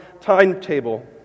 timetable